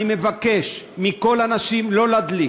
אני מבקש מכל הנשים לא להדליק,